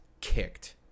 kicked